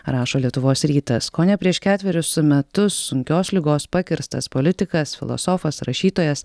rašo lietuvos rytas kone prieš ketverius metus sunkios ligos pakirstas politikas filosofas rašytojas